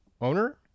owner